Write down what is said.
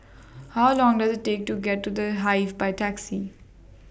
How Long Does IT Take to get to The Hive By Taxi